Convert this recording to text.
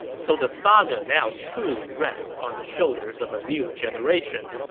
so the saga now truly rests on the shoulders of a new generation.